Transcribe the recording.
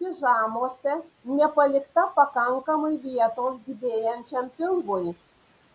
pižamose nepalikta pakankamai vietos didėjančiam pilvui